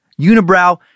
Unibrow